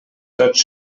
tots